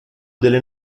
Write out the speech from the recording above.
delle